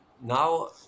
Now